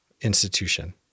institution